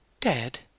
Dead